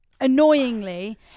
annoyingly